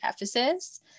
Ephesus